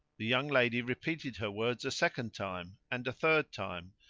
the young lady repeated her words a second time and a third time,